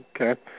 Okay